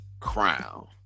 crown